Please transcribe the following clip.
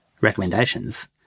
recommendations